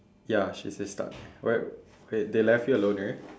ya she says start wait wait they left you alone there